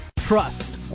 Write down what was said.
Trust